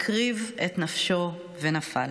הקריב את נפשו ונפל.